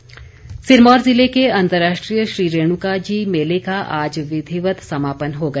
रेणुका मेला सिरमौर ज़िले के अंतर्राष्ट्रीय श्री रेणुका जी मेले का आज विधिवत समापन हो गया